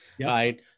Right